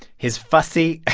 his fussy